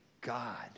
God